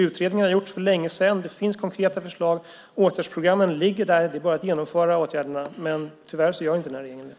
Utredningar har gjorts för länge sedan, det finns konkreta förslag och åtgärdsprogrammen ligger där. Det är bara att genomföra åtgärderna. Tyvärr gör inte den här regeringen det.